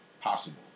possible